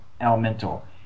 elemental